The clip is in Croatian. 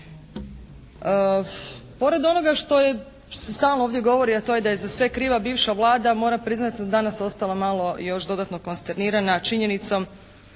Pored onoga što se stalno ovdje govori a to je da je za sve kriva bivša Vlada moram priznati da sam danas ostala malo još dodatno konsternirana činjenicom